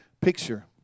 picture